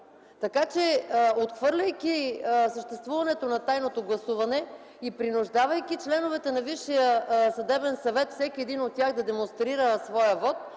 власт. Отхвърляйки съществуването на тайното гласуване и принуждавайки членовете на Висшия съдебен съвет – всеки от тях да демонстрира своя вот,